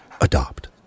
Adopt